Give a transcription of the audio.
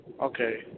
Okay